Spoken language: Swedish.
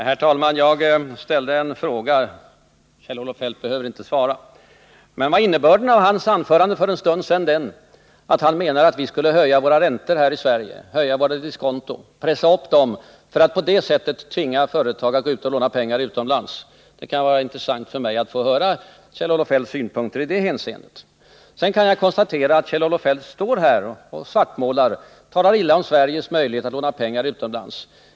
Herr talman! Jag ställde en fråga. Kjell-Olof Feldt behöver inte svara. Men var innebörden av hans anförande för en stund sedan att han menar att vi skulle höja våra räntor, våra diskonton, för att på det sättet tvinga företag att låna pengar utomlands? Det kunde vara intressant för mig att få höra Kjell-Olof Feldts synpunkter i det hänseendet. Sedan kan jag konstatera att Kjell-Olof Feldt står här och svartmålar — talar illa om Sveriges möjligheter att låna pengar utomlands.